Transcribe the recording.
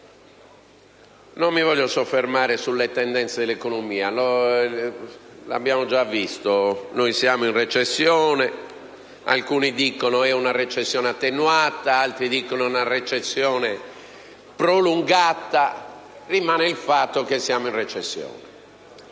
non voglio soffermarmi sulle tendenze dell'economia. Come abbiamo già visto, siamo in recessione: alcuni dicono che è una recessione attenuata, altri dicono che è una recessione prolungata, ma rimane il fatto che siamo in recessione.